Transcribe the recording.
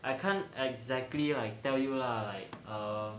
I can't exactly I tell you lah like err